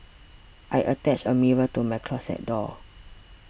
I attached a mirror to my closet door